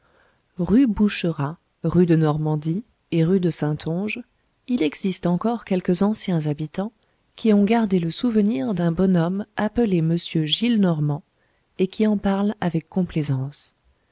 rue boucherat rue de normandie et rue de saintonge il existe encore quelques anciens habitants qui ont gardé le souvenir d'un bonhomme appelé m gillenormand et qui en parlent avec complaisance